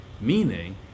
meaning